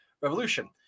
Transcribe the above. revolution